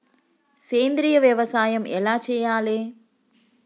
సేంద్రీయ వ్యవసాయం ఎలా చెయ్యాలే?